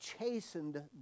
chastened